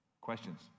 Questions